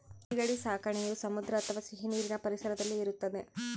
ಸೀಗಡಿ ಸಾಕಣೆಯು ಸಮುದ್ರ ಅಥವಾ ಸಿಹಿನೀರಿನ ಪರಿಸರದಲ್ಲಿ ಇರುತ್ತದೆ